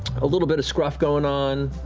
a little bit of scruff going on,